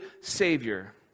Savior